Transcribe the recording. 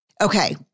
Okay